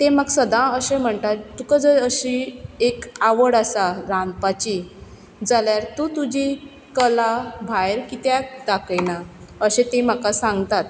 ते म्हाका सदां अशे म्हणटा तुका जर अशी एक आवड आसा रांदपाची जाल्यार तूं तुजी कला भायर कित्याक दाखयना अशें तीं म्हाका सांगतात